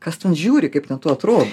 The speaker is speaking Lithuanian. kas ten žiūri kaip tu ten atrodai